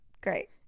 great